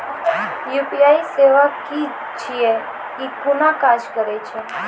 UPI सेवा की छियै? ई कूना काज करै छै?